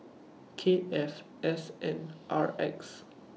K F S N R X